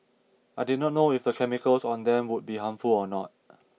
I did not know if the chemicals on them would be harmful or not